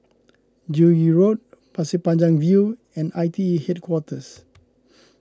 Joo Yee Road Pasir Panjang View and I T E Headquarters